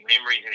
memories